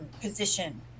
position